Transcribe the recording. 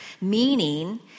meaning